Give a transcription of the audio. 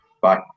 Bye